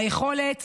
היכולת